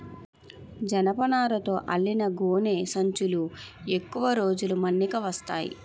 జనపనారతో అల్లిన గోనె సంచులు ఎక్కువ రోజులు మన్నిక వస్తాయి